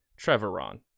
Trevoron